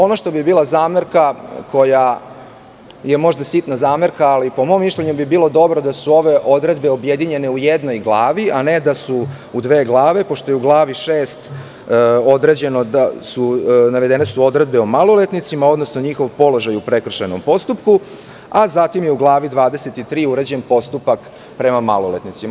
Ono što bi bila zamerka, koja je možda sitna, ali po mom mišljenju bi bilo dobro da su ove odredbe objedinjene u jednoj glavi, a ne da su u dve glave, pošto su u glavi 6. navedene odredbe o maloletnicima, odnosno njihovom položaj u prekršajnom postupku, a zatim je u glavi 23. uređen postupak prema maloletnicima.